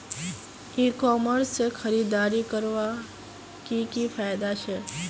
ई commerce से खरीदारी करवार की की फायदा छे?